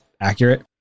accurate